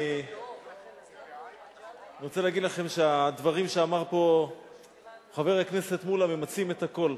אני רוצה להגיד לכם שהדברים שאמר פה חבר הכנסת מולה ממצים את הכול.